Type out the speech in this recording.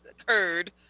occurred